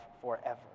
forever